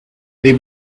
the